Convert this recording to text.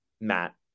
Matt